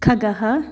खगः